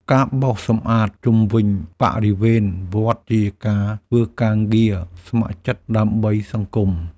ការបោសសម្អាតជុំវិញបរិវេណវត្តជាការធ្វើការងារស្ម័គ្រចិត្តដើម្បីសង្គម។